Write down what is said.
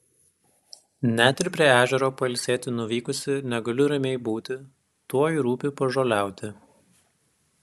net ir prie ežero pailsėti nuvykusi negaliu ramiai būti tuoj rūpi pažoliauti